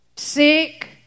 Sick